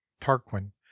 tarquin